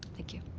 thank you.